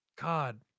God